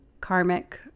karmic